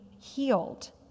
healed